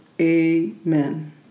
Amen